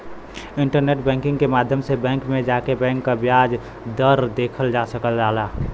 internet banking क माध्यम से बैंक में जाके बैंक क ब्याज दर देखल जा सकल जाला